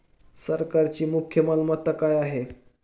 सरकारची मुख्य मालमत्ता काय आहे?